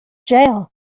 jail